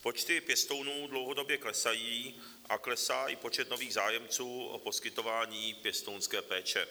Počty pěstounů dlouhodobě klesají a klesá i počet nových zájemců o poskytování pěstounské péče.